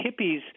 hippies